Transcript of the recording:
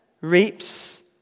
reaps